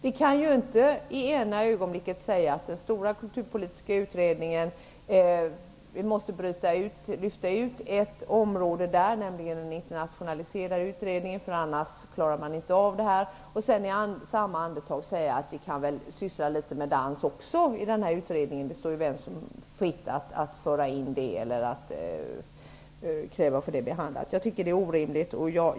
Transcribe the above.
Vi kan ju inte i ena ögonblicket säga att vi inte klarar av uppgiften om vi inte lyfter ut ett område ur den stora kulturpolitiska utredningen -- den internationaliserade kulturen -- och i andra ögonblicket säga att vi kan syssla litet med dans också. Det skulle stå vem som helst fritt att kräva att få det området behandlat. Jag tycker att det är orimligt.